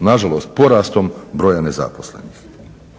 na žalost porastom broja nezaposlenih.